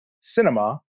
cinema